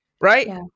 right